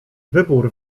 wybór